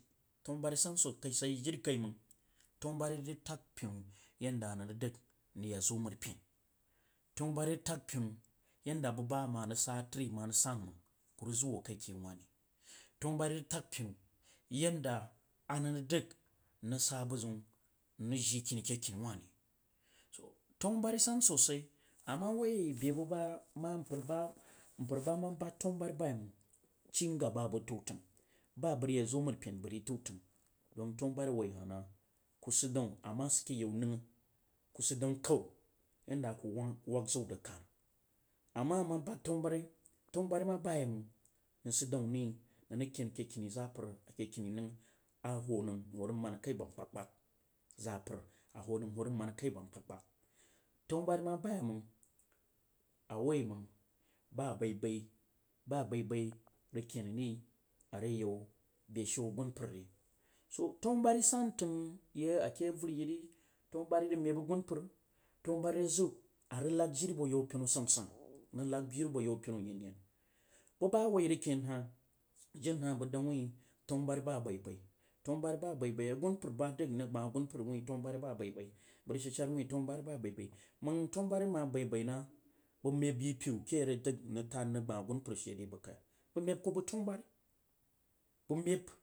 Tanuburi san sosai jirikaimang tanuberi rag təg pinu yanda a na rag dag nag ya zo mari pen. Tanuberi rag tan pinu yanda aras sa nuna masan mang ku rəg tag tas piinu yanda azəma rag ba bazəm nəg rəg jiri kinike yauwahre su tanubari san sosai, ama woi be buba ma mpar ba ma bad tanuburi bayei mang cingaba bəg dəg tautangi sa aba vag zo məri pen bag ri tau tanga dong tanunari a wui hah nah kusid dan, ama sid ke yau nangh ku sif damn karou yenda a ku wang was zagwu ra kan, ama a ma sah tanubari tanu bari ma bayeimang nəng sid daun anəng rəg ken ke kini zapa ake kini nang aku how nanɣ hoo rəg maan kwi ba kpagkpag, zapar a hoo nang n hoo rəg maan kai ba nam kpagkpag. Tam bari ma bayeimang a woi mang ba bai bai ba baiba rəg ken ri are yau beshiu asun pa rii sa tanubari san tang ake avari yiri tanubari rəg meb agumpa, tanuburi rəg zəg a rəg nəg jiri abo yau pinu ayenyen. Buba a wu rəg ken hah jenhahbag agumpar ba dəg irog sbah agumpar wuin tamburi ba abaibai ba arg shad shar wui tanubari baibai mang tanu bari nam ma baibai na wang bag meb yiri ipury a rag daz nrag tal mpər keshe ri bəg kai? Bag meb ku bəg tenubari bag mel